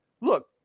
look